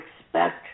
expect